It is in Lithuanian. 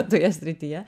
toje srityje